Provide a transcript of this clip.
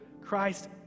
Christ